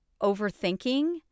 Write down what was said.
overthinking